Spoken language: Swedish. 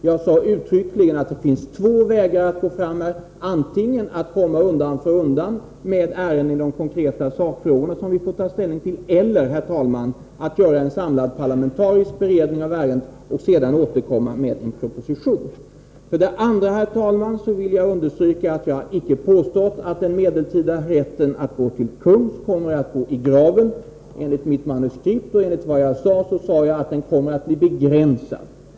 Jag sade uttryckligen att det finns två vägar att gå fram på: antingen att komma undan för undan med ärenden i de konkreta sakfrågor som vi får ta ställning till, eller, herr talman, att göra en samlad parlamentarisk beredning av ärenden och sedan lägga fram en proposition. För det andra vill jag understryka att jag icke påstod att den medeltida rätten att gå till kungs kommer att gå till graven. Enligt mitt manuskript sade jag att den kommer att bli begränsad.